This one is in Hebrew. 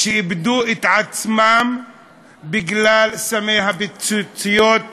שאיבדו את עצמם בגלל סמי הפיצוציות למיניהם.